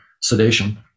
sedation